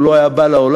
הוא לא היה בא לעולם,